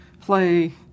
play